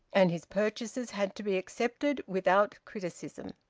and his purchases had to be accepted without criticism.